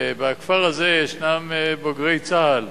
בכפר הזה ישנם בוגרי צה"ל,